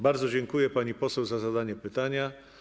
Bardzo dziękuję, pani poseł, za zadanie pytania.